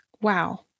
wow